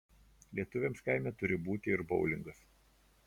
lietuviams kaime turi būti ir boulingas